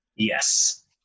Yes